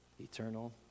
eternal